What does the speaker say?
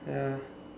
ya